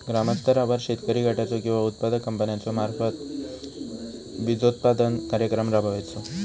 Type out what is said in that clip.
ग्रामस्तरावर शेतकरी गटाचो किंवा उत्पादक कंपन्याचो मार्फत बिजोत्पादन कार्यक्रम राबायचो?